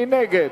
מי נגד?